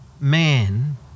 Man